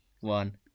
one